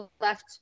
left